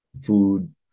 food